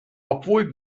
obwohl